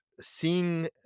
seeing